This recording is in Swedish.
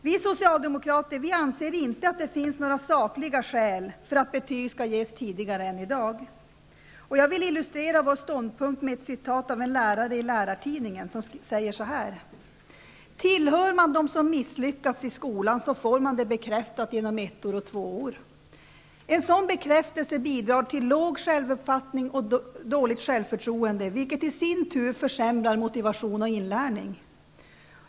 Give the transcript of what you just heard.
Vi socialdemokrater anser inte att det finns sakliga skäl för att betyg skall ges tidigare än vad som sker i dag. Jag vill illustrera vår ståndpunkt genom att citera vad en lärare sagt i Lärartidningen: ''Tillhör man dem som misslyckats i skolan får man det bekräftat genom ettor och tvåor. En sådan bekräftelse bidrar till låg självuppfattning och dåligt självförtroende vilket i sin tur försämrar motivation och inlärning.